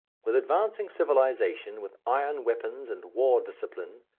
with advancing civilization, with iron weapons and war discipline,